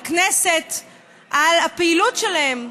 לכנסת, על הפעילות שלהם.